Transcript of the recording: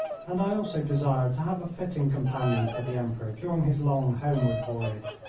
and i also desired to have a fitting companion for the emperor during his long homeward voyage.